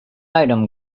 item